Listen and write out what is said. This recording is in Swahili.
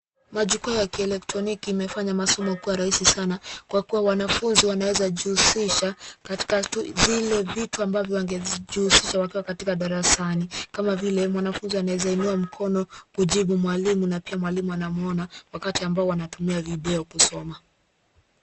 Majukwaa ya kielekroniki imefanya masomo kuwa rahisi sana, kwa kuwa wanafunzi wanaweza jihusisha katika zile vitu ambavyo wangejihusiha wakiwa katika darasani. Kama vile mwanafunzi anaweza inua mkono kujibu mwalimu na pia mwalimu anamuona wakati ambao wanatumia video kusoma.